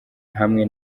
hamwe